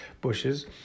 bushes